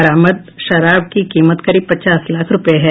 बरामद शराब की कीमत करीब पचास लाख रुपये है